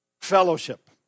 fellowship